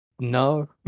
no